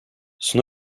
son